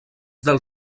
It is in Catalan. del